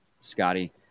Scotty